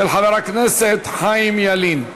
של חבר הכנסת חיים ילין.